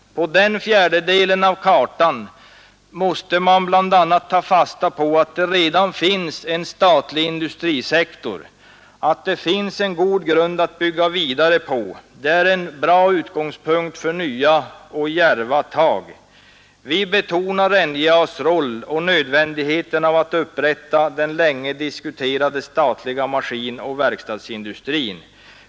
På denna fjärdedel av kartan finns det redan en statlig industrisektor, och vi menar att det är en utmärkt utgångspunkt för nya och djärva tag. Vi betonar NJA:s roll och nödvändigheten av att upprätta den länge diskuterade statliga maskinoch verkstadsindustrin.